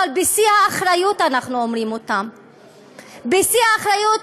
אבל אנחנו אומרים אותם בשיא האחריות.